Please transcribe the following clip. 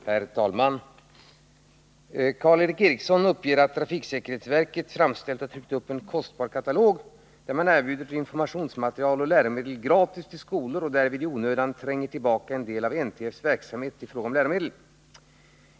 Herr talman! Karl Erik Eriksson uppger att trafiksäkerhetsverket framställt och tryckt upp en kostsam katalog där man utbjuder informationsmaterial och läromedel gratis till skolor och därvid i onödan tränger tillbaka en del av NTF:s verksamhet i fråga om läromedel.